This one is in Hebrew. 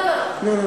לא, לא.